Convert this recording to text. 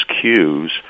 cues